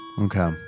Okay